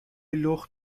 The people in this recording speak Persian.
لخت